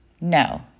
No